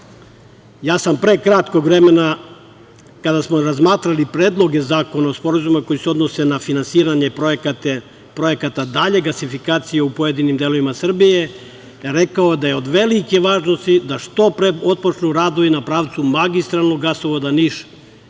sam pre nekog vremena, kada smo razmatrali predloge zakona o sporazumima koji se odnose na finansiranje projekata dalje gasifikacije u pojedinim delovima Srbije, rekao da je od velike važnosti da što pre otpočnu radovi na pravcu magistralnog gasovoda